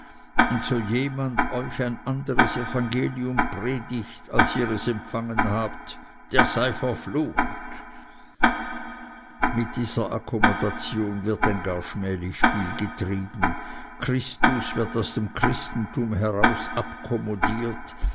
und so jemand euch ein anderes evangelium predigt als ihr es empfangen habt der sei verflucht mit der akkommodation wird ein gar schmählich spiel getrieben christus wird aus dem christentum